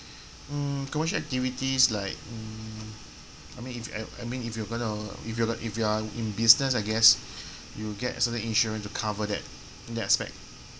mm commercial activities like mm I mean if I I mean if you're gonna if you're if you're in business I guess you'll get certain insurance to cover that in that aspect